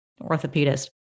orthopedist